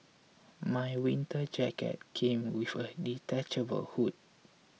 my winter jacket came with a detachable hood